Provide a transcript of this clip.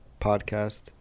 podcast